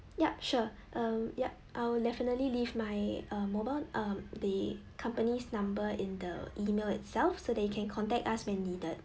yup sure um yup I I'll definitely leave my uh mobile uh the company's number in the email itself so that you can contact us when needed